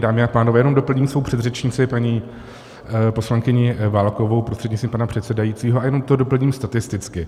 Dámy a pánové, jenom doplním svou předřečnici paní poslankyni Válkovou prostřednictvím pana předsedajícího a jenom to doplním statisticky.